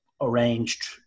arranged